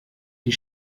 die